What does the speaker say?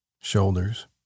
shoulders